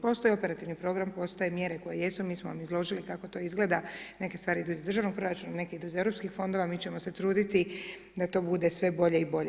Postoji operativni program, postoje mjere koje jesu, mi smo vam izložili kako to izgleda, neke stvari idu iz državnog proračuna, neke idu iz europskih fondova, mi ćemo se truditi da to bude sve bolje i bolje.